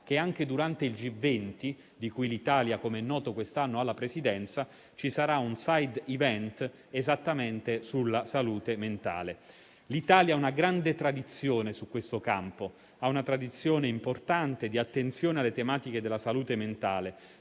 che anche durante il G20, di cui l'Italia come è noto quest'anno ha la Presidenza, ci sarà un *side* *event* esattamente sulla salute mentale. L'Italia ha una grande tradizione in questo campo, in termini di attenzione alle tematiche della salute mentale: